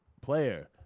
player